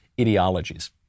ideologies